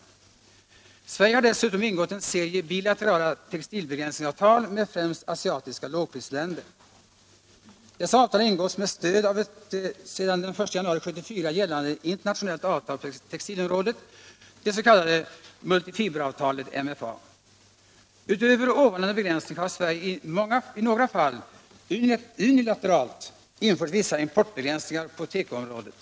Sverige har dessutom ingått en serie bilaterala textilbegränsningsavtal med främst asiatiska lågprisländer. Dessa avtal har ingåtts med stöd av ett sedan den 1 januari 1974 gällande internationellt avtal på textilområdet, det s.k. multifiberavtalet . Utöver ovannämnda begränsningar har Sverige i några fall unilateralt infört vissa importbegränsningar på tekoområdet.